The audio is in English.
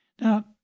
Now